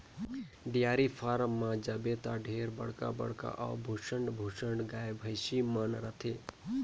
dairy farm में जाबे त ढेरे बड़खा बड़खा अउ भुसंड भुसंड गाय, भइसी मन रथे